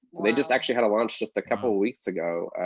they just actually had a launch just a couple weeks ago.